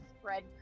Spread